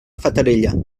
fatarella